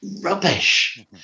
rubbish